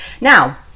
Now